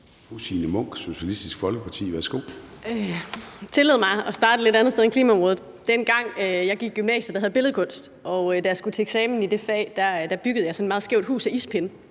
Fru Signe Munk, Socialistisk Folkeparti. Værsgo. Kl. 11:24 Signe Munk (SF): Tillad mig at starte et lidt andet sted end Klimarådet. Dengang jeg gik i gymnasiet, havde jeg billedkunst, og da jeg skulle til eksamen i det fag, byggede jeg et meget skævt hus af ispinde,